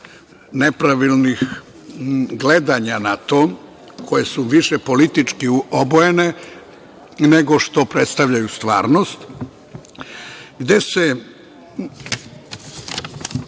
nepravilnih gledanja na to, koja su više politički obojena nego što predstavljaju stvarnost, gde se